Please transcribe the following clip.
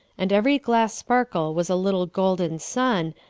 and every glass-sparkle was a little golden sun,